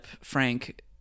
Frank